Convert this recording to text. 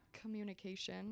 communication